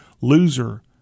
loser